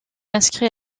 inscrit